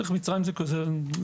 דרך מצרים זה קורה.